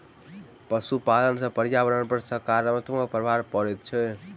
पशुपालन सॅ पर्यावरण पर साकारात्मक प्रभाव पड़ैत छै